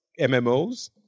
MMOs